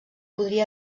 podria